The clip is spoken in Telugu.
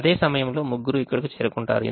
అదే సమయంలో ముగ్గురూ ఇక్కడకు చేరుకుంటారు